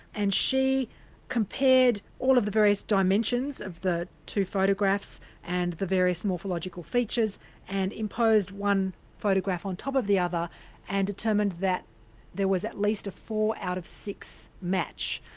and she compared all of the various dimensions of the two photographs and the various morphological features and imposed one photograph on top of the other and determined that there was at least a four out of six match.